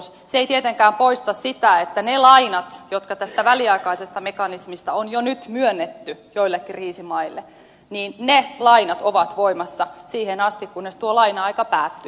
se ei tietenkään poista sitä että ne lainat jotka tästä väliaikaisesta mekanismista on jo nyt myönnetty joillekin kriisimaille ovat voimassa siihen asti kunnes tuo laina aika päättyy